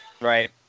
Right